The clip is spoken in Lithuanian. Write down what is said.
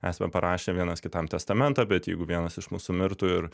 esame parašę vienas kitam testamentą bet jeigu vienas iš mūsų mirtų ir